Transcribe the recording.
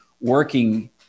working